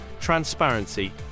transparency